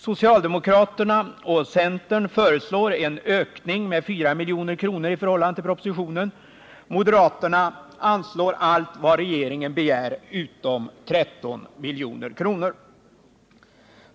Socialdemokraterna och centern föreslår en ökning med 4 milj.kr. i förhållande till propositionen — moderaterna anslår allt vad regeringen begär utom 13 milj.kr.